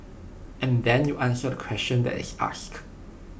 and then you answer the question that is asked